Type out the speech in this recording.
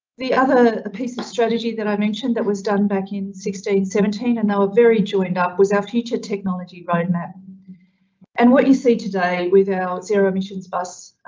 the other ah piece of strategy that i mentioned that was done back in sixteen, seventeen and they were ah very joined up was our future technology roadmap and what you see today with our zero emissions bus,